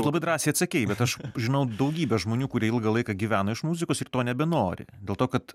tu labai drąsiai atsakei bet aš žinau daugybę žmonių kurie ilgą laiką gyvena iš muzikos ir to nebenori dėl to kad